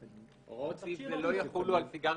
שמדובר בתחליף עם סיכון מופחת למעשני